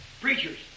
Preachers